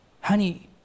Honey